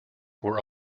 were